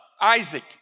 Isaac